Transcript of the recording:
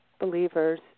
believers